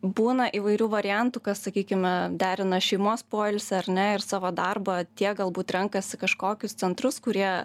būna įvairių variantų kas sakykime derina šeimos poilsį ar ne ir savo darbą tie galbūt renkasi kažkokius centrus kurie